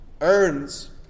earns